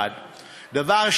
1. דבר שני,